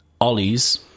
Ollie's